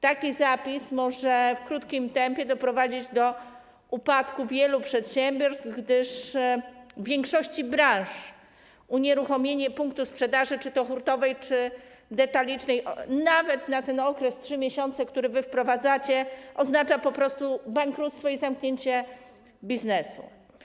Taki zapis może w krótkim tempie doprowadzić do upadku wielu przedsiębiorstw, gdyż w większości branż unieruchomienie punktu sprzedaży, czy to hurtowej, czy detalicznej, nawet na ten okres 3 miesięcy, który wy wprowadzacie, oznacza po prostu bankructwo i zamknięcie biznesu.